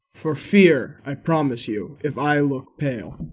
for fear, i promise you, if i look pale.